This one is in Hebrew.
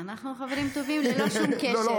אנחנו חברים טובים ללא שום קשר.